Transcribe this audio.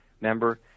member